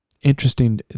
interesting